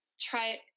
try